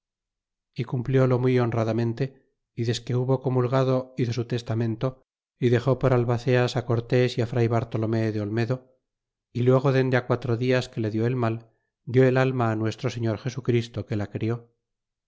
é cumpliólo muy honradamente y desque hubo comulgado hizo su testamento y dexó por albaceas cortés y fr bartolomé de olmedo y luego dende quatro dias que le dió el mal dió el alma nuestro señor jesu christo que la crió